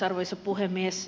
arvoisa puhemies